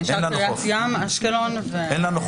נחזור בנו מכל מה שקשור לצו עבירות קנס ביחס לסעיף 5. יופי.